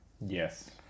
Yes